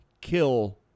kill